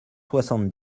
soixante